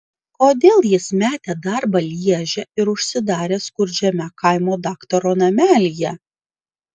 kodėl jis metė darbą lježe ir užsidarė skurdžiame kaimo daktaro namelyje